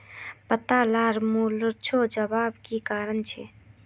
पत्ता लार मुरझे जवार की कारण छे?